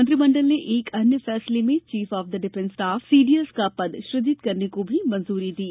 मंत्रिमंडल ने एक अन्य फैसले में chief of defence staff CDS का पद सृजित करने को भी मंजूरी दी